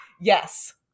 Yes